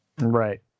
right